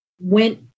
went